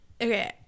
Okay